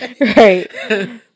right